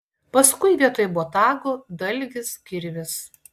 paskui vietoj botago dalgis kirvis